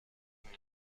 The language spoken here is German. mir